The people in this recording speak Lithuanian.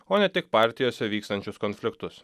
o ne tik partijose vykstančius konfliktus